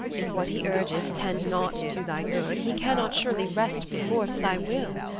if what he urges tend not to thy good he cannot surely wrest perforce thy will.